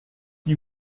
die